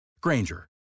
Granger